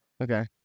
Okay